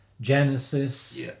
Genesis